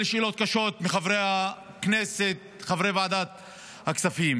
שאלות קשות מחברי הכנסת חברי ועדת הכספים.